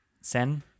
sen